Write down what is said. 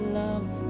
love